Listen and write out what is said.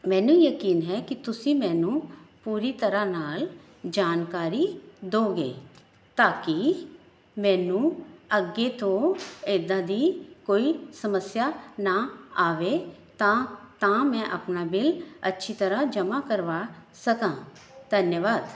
ਮੈਨੂੰ ਯਕੀਨ ਹੈ ਕਿ ਤੁਸੀਂ ਮੈਨੂੰ ਫਿਰ ਪੂਰੀ ਤਰ੍ਹਾਂ ਨਾਲ ਜਾਣਕਾਰੀ ਦਿਓਗੇ ਤਾਂ ਕਿ ਮੈਨੂੰ ਅੱਗੇ ਤੋਂ ਇੱਦਾਂ ਦੀ ਕੋਈ ਸਮੱਸਿਆ ਨਾ ਆਵੇ ਤਾਂ ਤਾਂ ਮੈਂ ਆਪਣਾ ਬਿੱਲ ਅੱਛੀ ਤਰ੍ਹਾਂ ਜਮ੍ਹਾਂ ਕਰਵਾ ਸਕਾਂ ਧੰਨਵਾਦ